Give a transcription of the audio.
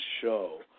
show